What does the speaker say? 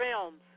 films